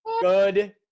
good